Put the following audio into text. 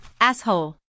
Asshole